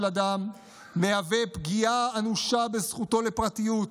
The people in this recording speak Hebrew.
אדם הוא פגיעה אנושה בזכותו לפרטיות,